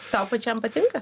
tau pačiam patinka